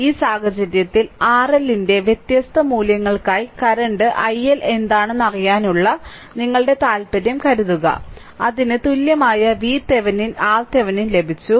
ഈ സാഹചര്യത്തിൽ RLന്റെ വ്യത്യസ്ത മൂല്യങ്ങൾക്കായി കറൻറ് iL എന്താണെന്നറിയാനുള്ള ഞങ്ങളുടെ താൽപ്പര്യം കരുതുക അതിന് തുല്യമായ VThevenin RThevenin ലഭിച്ചു